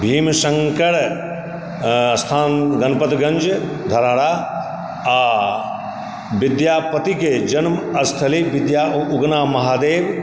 भीमशङ्कर स्थान गणपतगञ्ज भराड़ा आ विद्यापतिकेँ जन्मस्थली विद्यापति उगना महादेव